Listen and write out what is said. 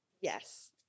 Yes